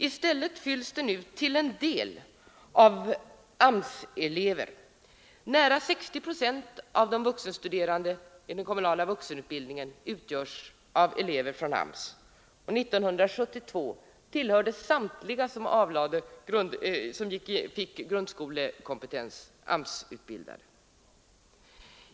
I stället fylls den ut till en del av AMS-elever. Nära 60 procent av de vuxenstuderande i den kommunala vuxenutbildningen utgörs av AMS elever. År 1972 tillhörde samtliga som fick grundskolekompetens de AMS-utbildade.